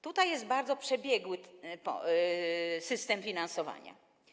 Tutaj jest bardzo przebiegły system finansowania.